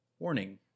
Warning